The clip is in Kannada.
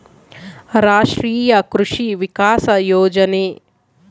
ರಾಷ್ಟ್ರೀಯ ಕೃಷಿ ವಿಕಾಸ ಯೋಜನೆ